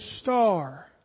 star